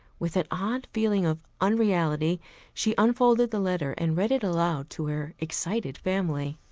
with an odd feeling of unreality she unfolded the letter and read it aloud to her excited family.